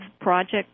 project